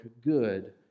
good